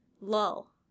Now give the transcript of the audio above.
lull